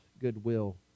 goodwill